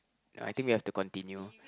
I think we have to continue